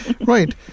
Right